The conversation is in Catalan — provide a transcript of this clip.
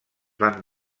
van